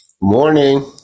Morning